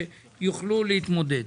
שיוכלו להתמודד.